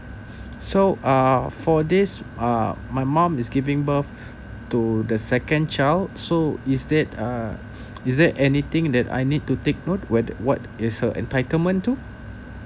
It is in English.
so uh for this uh my mom is giving birth to the second child so is that uh is there anything that I need to take note whether what is her entitlement too